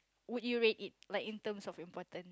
would you rate it like in terms of importance